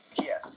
Yes